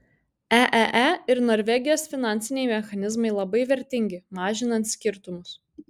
eee ir norvegijos finansiniai mechanizmai labai vertingi mažinant skirtumus